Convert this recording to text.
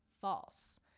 false